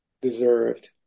deserved